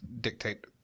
dictate